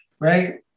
right